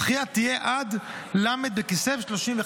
הדחייה תהיה עד ל' בכסלו,